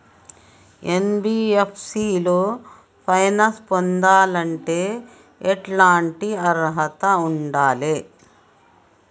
NBFC లో finance పొందాలంటే ఎట్లాంటి అర్హత ఉండాలే?